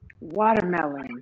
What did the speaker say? Watermelon